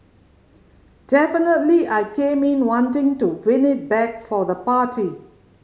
definitely I came in wanting to win it back for the party